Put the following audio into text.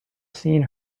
seen